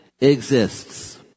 exists